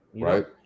right